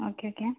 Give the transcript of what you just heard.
okay okay